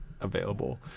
available